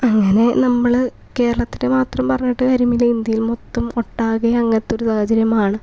അങ്ങനെ നമ്മള് കേരളത്തിനെ മാത്രം പറഞ്ഞിട്ട് കാര്യമില്ല ഇന്ത്യയിൽ മൊത്തവും ഒട്ടാകെ അങ്ങനത്തൊരു സാഹചര്യമാണ്